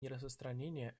нераспространение